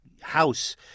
House